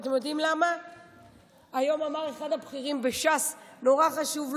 היום אמר אחד הבכירים בש"ס: נורא חשובה